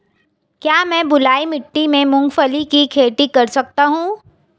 क्या मैं बलुई मिट्टी में मूंगफली की खेती कर सकता हूँ?